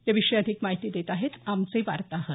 याविषयी अधिक माहिती देत आहेत आमचे वार्ताहर